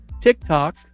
TikTok